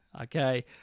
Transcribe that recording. Okay